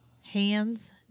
Hands